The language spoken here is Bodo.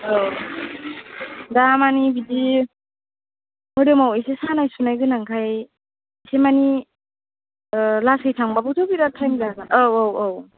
औ दा माने बिदि मोदोमाव एसे सानाय सुनाय गोनांखाय एसे माने लासै थांबाबोथ' बिराट टाइम जागोन औ औ औ